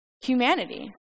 humanity